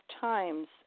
times